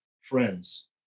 friends